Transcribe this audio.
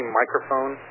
microphone